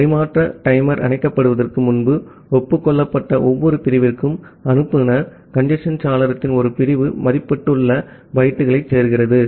ஆகவே மறு பரிமாற்ற டைமர் அணைக்கப்படுவதற்கு முன்பு ஒப்புக்கொள்ளப்பட்ட ஒவ்வொரு பிரிவிற்கும் அனுப்புநர் கஞ்சேஸ்ன் சாளரத்தில் ஒரு பிரிவு மதிப்புள்ள பைட்டுகளை சேர்க்கிறார்